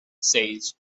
says